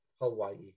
Hawaii